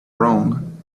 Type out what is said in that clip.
wrong